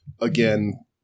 again